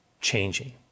changing